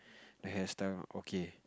the hairstyle okay